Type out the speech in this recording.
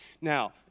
Now